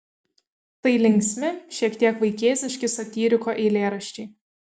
tai linksmi šiek tiek vaikėziški satyriko eilėraščiai